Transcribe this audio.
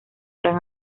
gran